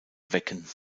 wecken